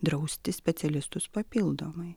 drausti specialistus papildomai